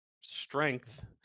strength